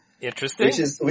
Interesting